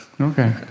Okay